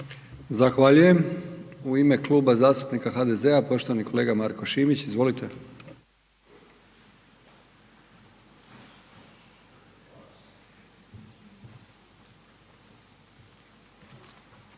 Zahvaljujem. U ime Kluba zastupnika HDZ-a poštovani kolega Marko Šimić, izvolite.